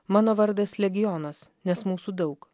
mano vardas legionas nes mūsų daug